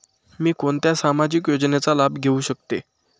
मी कोणत्या सामाजिक योजनेचा लाभ घेऊ शकते?